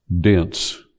dense